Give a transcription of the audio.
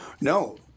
No